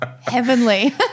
heavenly